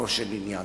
לגופו של עניין.